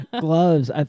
Gloves